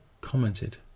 commented